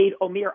Omer